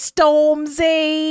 Stormzy